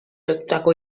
lotutako